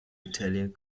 italian